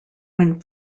when